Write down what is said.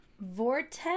Vortex